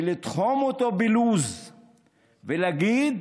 ולתחום אותו בלו"ז ולהגיד: